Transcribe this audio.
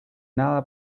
nada